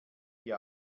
die